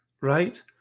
right